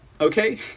Okay